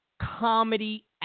comedy